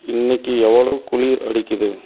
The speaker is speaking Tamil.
இன்றைக்கு எவ்ளோ குளிர் அடிக்குது